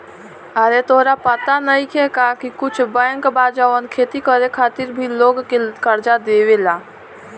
आरे तोहरा पाता नइखे का की कुछ बैंक बा जवन खेती करे खातिर भी लोग के कर्जा देवेला